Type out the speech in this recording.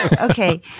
Okay